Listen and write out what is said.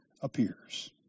appears